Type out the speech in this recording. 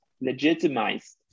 legitimized